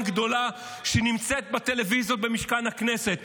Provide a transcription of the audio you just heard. גדולה שנמצאת בטלוויזיות במשכן הכנסת.